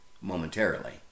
momentarily